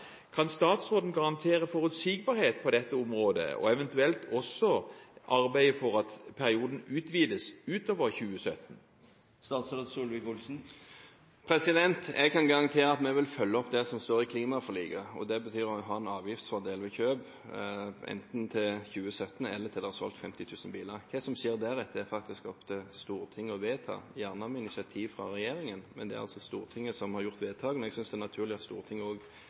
Kan statsråden garantere forutsigbarhet på dette området og eventuelt arbeide for at perioden utvides utover 2017? Jeg kan garantere at vi vil følge opp det som står i klimaforliket. Det betyr å ha en avgiftsfordel ved kjøp, enten til 2017 eller til det er solgt 50 000 biler. Hva som skjer deretter, er faktisk opp til Stortinget å vedta, gjerne etter initiativ fra regjeringen. Men det er altså Stortinget som har gjort vedtakene. Jeg synes det er naturlig at det også er Stortinget